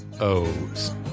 o's